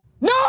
No